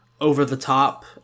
over-the-top